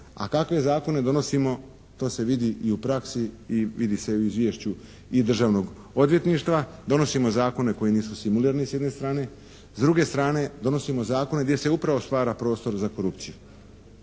A kakve zakone donosimo to se vidi u praksi, vidi se i u izvješću Državnog odvjetništva. Donosimo zakone koji nisu simulirani s jedne strane. S druge strane, donosimo zakone gdje se upravo stvara prostor za korupciju.